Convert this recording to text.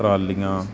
ਟਰਾਲੀਆਂ